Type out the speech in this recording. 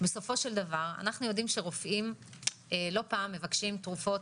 אנו יודעים שרופאים לא פעם מבקשים תרופות